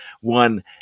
one